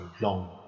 long